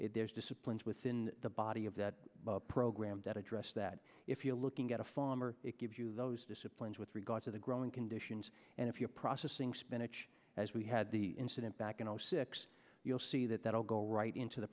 if there's disciplines within the body of that program that address that if you're looking at a farmer it gives you the disciplines with regard to the growing conditions and if you're processing spinach as we had the incident back in zero six you'll see that that will go right into the